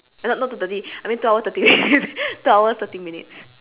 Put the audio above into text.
eh no not two thirty I mean two hours thirty two hours thirty minutes